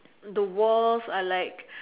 the walls are like